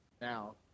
now